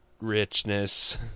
richness